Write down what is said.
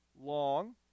long